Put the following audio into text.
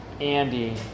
Andy